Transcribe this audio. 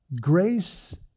Grace